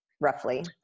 roughly